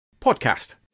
podcast